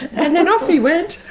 and then off he went.